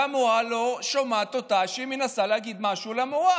והמורה לא שומעת אותה כשהיא מנסה להגיד משהו למורה,